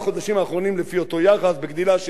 בגדילה של 5% 6% לשנה,